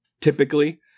Typically